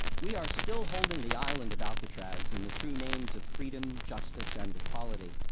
we are still holding the island of alcatraz in the true names of freedom, justice and equality,